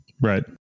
Right